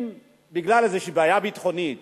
אם בגלל איזו בעיה ביטחונית